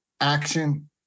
action